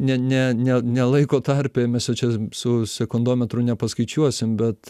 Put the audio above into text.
ne ne ne ne laiko tarpe mes jau čia su sekundometru nepaskaičiuosim bet